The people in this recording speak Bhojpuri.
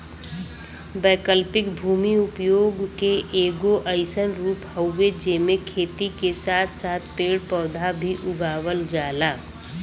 वैकल्पिक भूमि उपयोग के एगो अइसन रूप हउवे जेमे खेती के साथ साथ पेड़ पौधा भी उगावल जाला